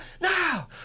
Now